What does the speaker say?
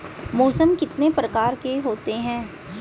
मौसम कितने प्रकार के होते हैं?